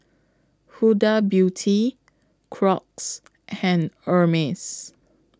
Huda Beauty Crocs and Hermes